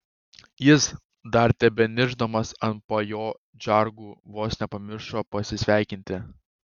jis dar tebeniršdamas ant pajodžargų vos nepamiršo pasisveikinti